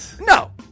No